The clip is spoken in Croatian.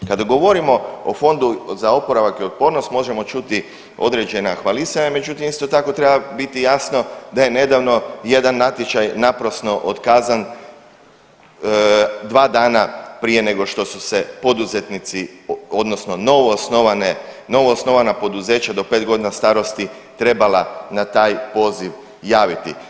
Kada govorimo o Fondu za oporavak i otpornost možemo čuti određena hvalisanja, međutim isto tako treba biti jasno da je nedavno jedan natječaj naprasno otkazan dva dana prije nego što su se poduzetnici odnosno novoosnovane, novoosnovana poduzeća do 5.g. starosti trebala na taj poziv javiti.